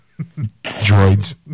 Droids